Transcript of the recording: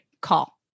Call